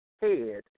head